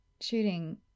shooting